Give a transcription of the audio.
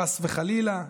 חס וחלילה,